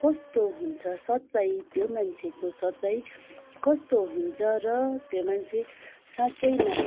कस्तो हुन्छ सच्चाइ त्यो मान्छेको सच्चाइ कस्तो हुन्छ र त्यो मान्छे साँच्चैमा